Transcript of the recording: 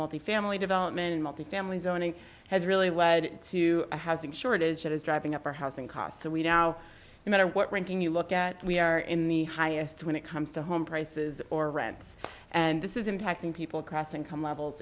multi family development multifamily zoning has really was to a housing shortage that is driving up our housing costs so we now matter what ranking you look at we are in the highest when it comes to home prices or rents and this is impacting people across income levels